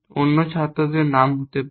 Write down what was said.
অন্য ছাত্রদের নাম হতে পারে